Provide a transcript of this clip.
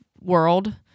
World